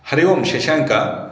Hari Om शशाङ्कः